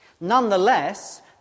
Nonetheless